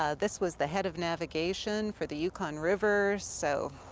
ah this was the head of navigation for the yukon river so